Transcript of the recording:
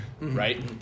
right